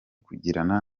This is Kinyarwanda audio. kugirana